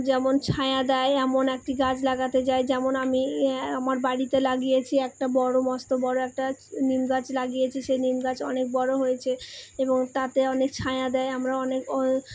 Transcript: যেমন ছায়া দেয় এমন একটি গাছ লাগাতে চাই যেমন আমি আমার বাড়িতে লাগিয়েছি একটা বড়ো মস্ত বড়ো একটা নিম গাছ লাগিয়েছি সেই নিম গাছ অনেক বড়ো হয়েছে এবং তাতে অনেক ছায়া দেয় আমরা অনেক